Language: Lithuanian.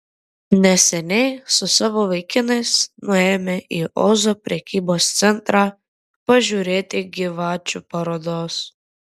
neseniai su savo vaikinais nuėjome į ozo prekybos centrą pažiūrėti gyvačių parodos